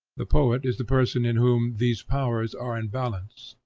the poet is the person in whom these powers are in balance,